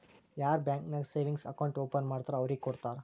ಯಾರ್ ಬ್ಯಾಂಕ್ ನಾಗ್ savings account open ಮಾಡ್ತಾರ್ ಅವ್ರಿಗ ಕೊಡ್ತಾರ್